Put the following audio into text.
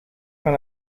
van